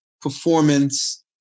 performance